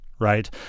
right